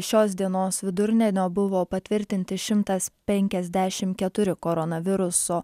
šios dienos vidurdienio buvo patvirtinti šimtas penkiasdešimt keturi koronaviruso